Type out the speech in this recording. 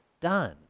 done